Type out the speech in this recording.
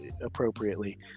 appropriately